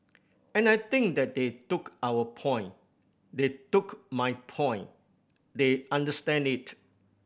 and I think that they took our point they took my point they understand it